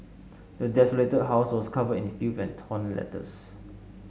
the desolated house was covered in filth and torn letters